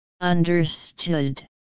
understood